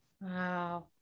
Wow